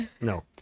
no